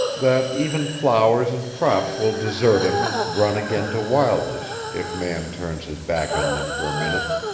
that even flowers and crops will desert him and run again to wildness, if man turns his back on them for a minute.